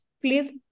Please